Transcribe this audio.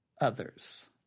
others